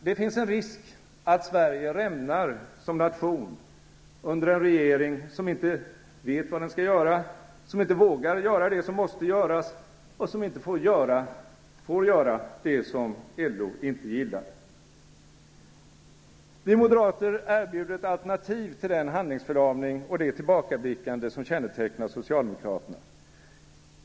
Det finns en risk att Sverige rämnar som nation under en regering som inte vet vad den skall göra, som inte vågar göra det som måste göras och som inte får göra det som LO inte gillar. Vi moderater erbjuder ett alternativ till den handlingsförlamning och det tillbakablickande som kännetecknar socialdemokraterna.